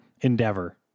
endeavor